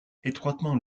étroitement